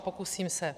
Pokusím se.